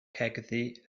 cegddu